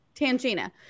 Tangina